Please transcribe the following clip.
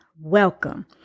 welcome